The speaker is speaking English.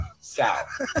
south